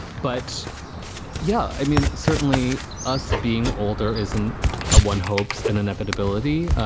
but yeah, i mean, certainly us being older isn't a one hopes, an inevitability.